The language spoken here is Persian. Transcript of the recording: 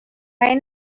این